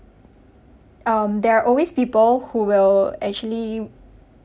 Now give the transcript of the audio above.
um there are always people who will actually